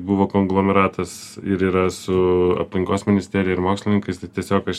buvo konglomeratas ir yra su aplinkos ministerija ir mokslininkais tai tiesiog aš